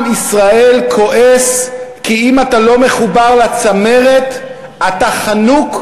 עם ישראל כועס כי אם אתה לא מחובר לצמרת אתה חנוק,